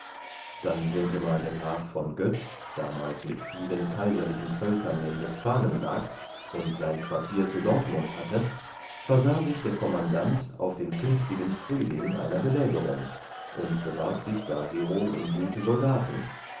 dann sintemal der graf von götz damals mit vielen kaiserlichen völkern in westfalen lag und sein quartier zu dortmund hatte versahe sich der kommandant auf den künftigen frühling einer belägerung und bewarb sich dahero um gute soldaten